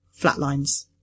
flatlines